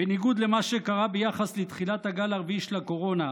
בניגוד למה שקרה ביחס לתחילת הגל הרביעי של הקורונה,